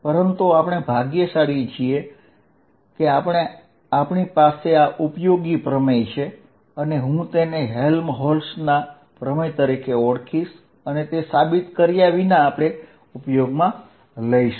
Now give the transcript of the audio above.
પરંતુ આપણે ભાગ્યશાળી છીએ કારણ કે આપણી પાસે આ ઉપયોગી પ્રમેય છે અને હું તેને હેલ્મહોલ્ટ્ઝના પ્રમેય તરીકે ઓળખીશ અને તે સાબિત કર્યા વિના ઉપયોગમાં લઈશું